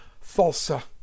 Falsa